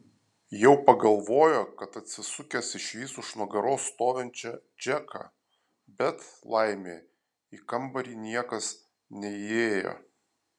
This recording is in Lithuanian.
jau pagalvojo kad atsisukęs išvys už nugaros stovinčią džeką bet laimė į kambarį niekas neįėjo